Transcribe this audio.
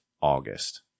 August